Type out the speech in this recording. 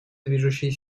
движущей